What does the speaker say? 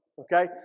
okay